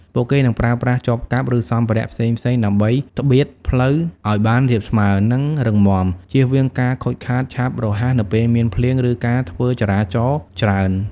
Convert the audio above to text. ពួកគេនឹងប្រើប្រាស់ចបកាប់ ឬសម្ភារៈផ្សេងៗដើម្បីត្បៀតផ្លូវឲ្យបានរាបស្មើ និងរឹងមាំ ជៀសវាងការខូចខាតឆាប់រហ័សនៅពេលមានភ្លៀង ឬការធ្វើចរាចរណ៍ច្រើន។